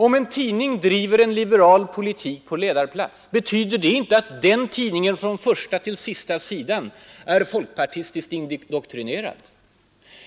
Om en tidning driver en liberal politik på ledarplats, så betyder det inte att den tidningen från första till sista sidan är folkpartistiskt indoktrinerad.